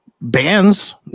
bands